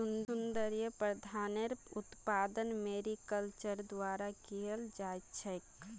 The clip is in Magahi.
सौन्दर्य प्रसाधनेर उत्पादन मैरीकल्चरेर द्वारा कियाल जा छेक